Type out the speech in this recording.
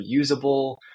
reusable